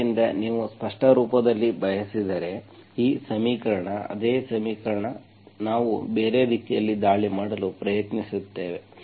ಆದ್ದರಿಂದ ನೀವು ಸ್ಪಷ್ಟ ರೂಪದಲ್ಲಿ ಬಯಸಿದರೆ ನೀವು ಸ್ಪಷ್ಟ ರೂಪದಲ್ಲಿ ಬಯಸಿದರೆ ಈ ಸಮೀಕರಣ ಅದೇ ಸಮೀಕರಣ ನಾವು ಬೇರೆ ರೀತಿಯಲ್ಲಿ ದಾಳಿ ಮಾಡಲು ಪ್ರಯತ್ನಿಸುತ್ತೇವೆ